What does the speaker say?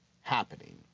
happening